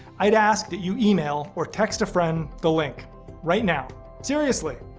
i'd ask that you email or text a friend the link right now. seriously,